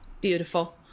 Beautiful